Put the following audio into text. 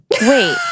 wait